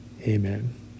Amen